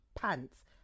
pants